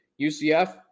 UCF